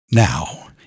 Now